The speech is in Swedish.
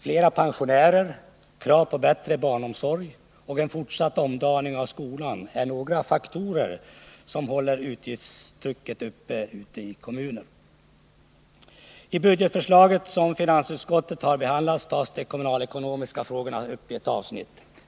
Fler pensionärer, krav på bättre barnomsorg och en fortsatt omdaning av skolan är några av de faktorer som håller utgiftstrycket uppe ute i kommunerna. I det budgetförslag som finansutskottet har behandlat tas de kommunalekonomiska frågorna upp i ett avsnitt.